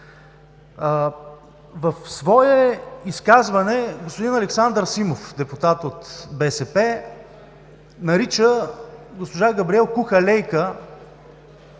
В свое изказване господин Александър Симов, депутат от БСП, нарича госпожа Габриел „куха лейка“.